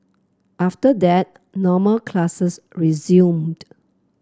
after that normal classes resumed